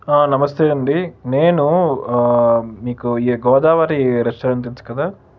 నమస్తే అండి నేను మీకు ఈ గోదావరి రెస్టారెంట్ తెలుసు కదా